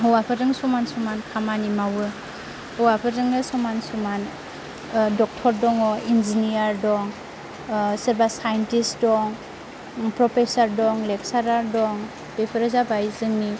हौवाफोरजों समान समान खामानि मावो हौवाफोरजोंनो समान समान ड'क्टर दङ इन्जिनियार दं सोरबा साइन्टिस्ट दं प्रफेसार दं लेक्सारार दं बेफोरो जाबाय जोंनि